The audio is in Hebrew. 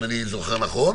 אם אני זוכר נכון.